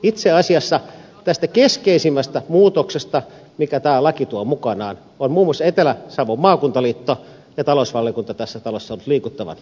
itse asiassa tästä keskeisimmästä muutoksesta minkä tämä laki tuo mukanaan ovat muun muassa etelä savon maakuntaliitto ja talousvaliokunta tässä talossa olleet liikuttavan yksimielisiä